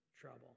trouble